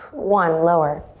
one, lower.